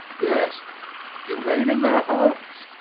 yes you reign in their hearts.